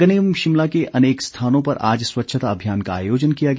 नगर निगम शिमला के अनेक स्थानों पर आज स्वच्छता अभियान का आयोजन किया गया